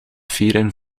vieren